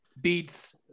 beats